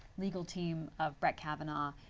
legal team of brett kavanaugh.